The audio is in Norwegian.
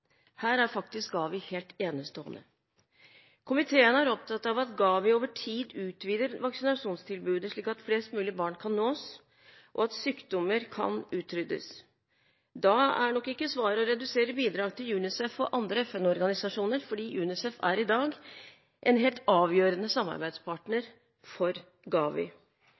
Her er faktisk GAVI helt enestående. Komiteen er opptatt av at GAVI over tid utvider vaksinasjonstilbudet, slik at flest mulig barn kan nås og sykdommer kan utryddes. Da er nok ikke svaret å redusere bidrag til UNICEF og andre FN-organisasjoner, for UNICEF er i dag en helt avgjørende samarbeidspartner for GAVI.